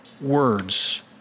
words